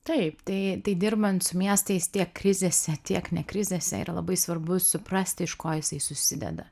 taip tai tai dirban su miestais tiek krizėse tiek ne krizėse yra labai svarbu suprasti iš ko jisai susideda